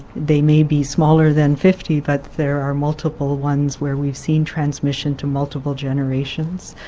they may be smaller than fifty but there are multiple ones where we've seen transmission to multiple generations.